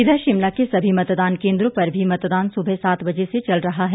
ईधर शिमला के सभी मतदान केंद्रो पर भी मतदान सुबह सात बजे से चल रहा है